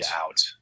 out